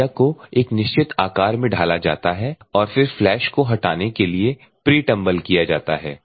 media को एक निश्चित आकार में ढाला जाता है और फिर फ्लैश को हटाने के लिए प्री टंबल किया जाता है